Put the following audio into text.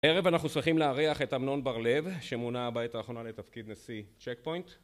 הערב אנחנו שמחים לארח את אמנון בר-לב, שמונע בעת האחרונה לתפקיד נשיא צ'קפוינט